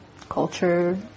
culture